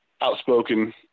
outspoken